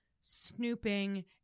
snooping